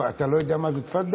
אתה לא יודע מה זה תפדל?